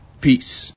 Peace